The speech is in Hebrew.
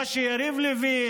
מה שיריב לוין,